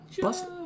bust